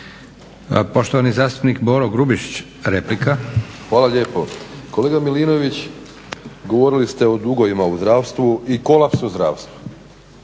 Poštovani zastupnik Boro Grubišić, replika. **Grubišić, Boro (HDSSB)** Hvala lijepo. Kolega Milinović, govorili ste o dugovima u zdravstvu7 i kolapsu zdravstva.